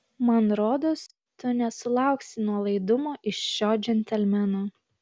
man rodos tu nesulauksi nuolaidumo iš šio džentelmeno